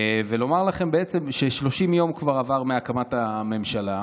ולומר לכם ש-30 יום כבר עברו מהקמת הממשלה,